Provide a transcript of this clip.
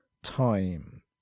Time